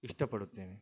ಇಷ್ಟಪಡುತ್ತೇನೆ